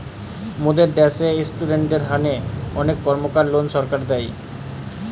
মোদের দ্যাশে ইস্টুডেন্টদের হোনে অনেক কর্মকার লোন সরকার দেয়